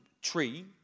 tree